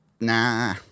Nah